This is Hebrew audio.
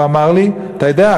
והוא אמר לי: אתה יודע,